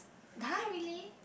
!huh! really